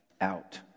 out